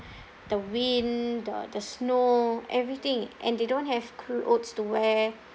the wind the the snow everything and they don't have clothes to wear